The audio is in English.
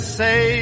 say